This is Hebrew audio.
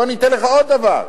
בוא ניתן לך עוד דבר: